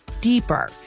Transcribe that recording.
deeper